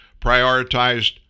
prioritized